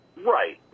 Right